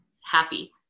happy